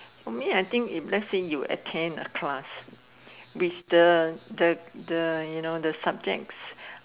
for me I think if let say you attend a class which the the the you know the subjects